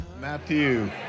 Matthew